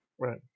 Right